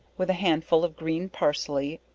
with a handful of green parsley,